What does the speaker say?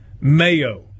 Mayo